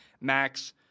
Max